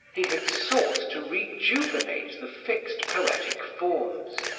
he had sought to rejuvenate the fixed poetic forms.